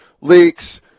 Leaks